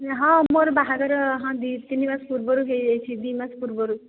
ହଁ ମୋର ବାହାଘର ହଁ ଦୁଇ ତିନି ମାସ ପୂର୍ବରୁ ହୋଇଯାଇଛି ଦୁଇ ମାସ ପୂର୍ବରୁ